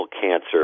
cancer